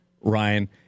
Ryan